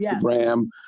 Ram